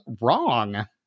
wrong